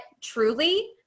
truly